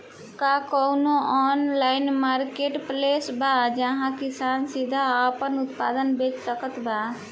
का कउनों online marketplace बा जहां किसान सीधे आपन उत्पाद बेच सकत बा?